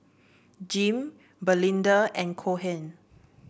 Jim Belinda and Cohen